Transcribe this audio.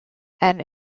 and